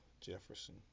Jefferson